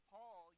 Paul